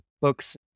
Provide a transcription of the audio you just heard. books